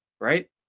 right